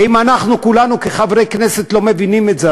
ואם אנחנו כולנו כחברי כנסת לא מבינים את זה,